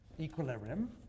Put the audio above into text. equilibrium